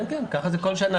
כן, כן, ככה זה כל שנה.